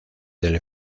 del